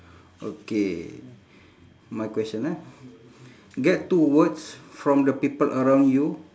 okay my question ah get two words from the people around you